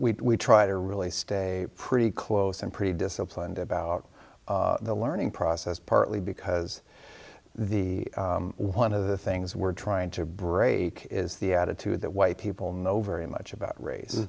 that we try to really stay pretty close and pretty disciplined about the learning process partly because the one of the things we're trying to break is the attitude that white people know very much about